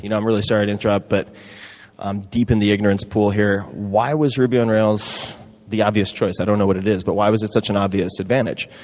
you know i'm really sorry to interrupt, but i'm deep in the ignorance pool here. why was ruby on rails the obvious choice? i don't know what it is, but why was it such an obvious advantage?